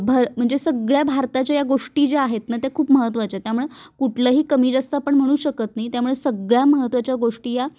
भर म्हणजे सगळ्या भारताच्या या गोष्टी ज्या आहेत ना त्या खूप महत्त्वाच्या आहेत त्यामुळे कुठलंही कमी जास्त आपण म्हणू शकत नाही त्यामुळे सगळ्या महत्त्वाच्या गोष्टी या